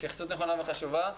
התייחסות נכונה וחשובה.